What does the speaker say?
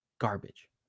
Garbage